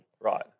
Right